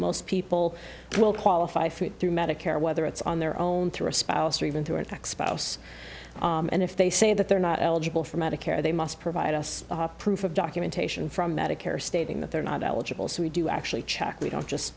most people will qualify for it through medicare whether it's on their own through a spouse or even through an expos and if they say that they're not eligible for medicare they must provide us proof of documentation from medicare stating that they're not eligible so we do actually check we don't just